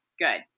good